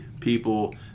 people